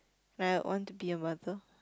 I want to be a mother